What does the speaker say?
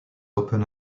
open